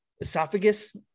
esophagus